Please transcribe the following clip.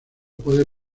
puede